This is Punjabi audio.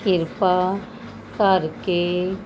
ਕਿਰਪਾ ਕਰਕੇ